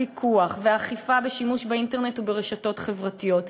הפיקוח והאכיפה בשימוש באינטרנט וברשתות חברתיות,